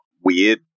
weird